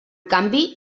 canvi